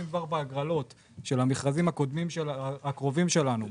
בהגרלות של המכרזים הקרובים שלנו,